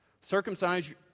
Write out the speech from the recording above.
Circumcise